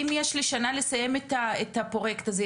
אם יש לי שנה לסיים את הפרוייקט הזה,